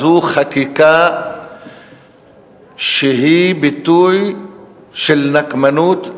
זו חקיקה שהיא ביטוי של נקמנות,